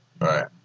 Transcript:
Right